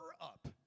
up